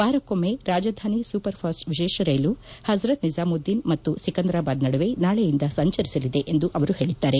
ವಾರಕ್ಕೊಮ್ಮೆ Rajdhani super fast ವಿಶೇಷ ರೈಲು ಪಜರತ್ ನಿಜಾಮುದ್ದೀನ್ ಮತ್ತು ಸಿಕಂದರಾಬಾದ್ ನಡುವೆ ನಾಳೆಯಿಂದ ಸಂಚರಿಸಲಿದೆ ಎಂದು ಅವರು ಹೇಳಿದ್ದಾರೆ